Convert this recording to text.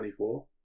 24